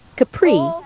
Capri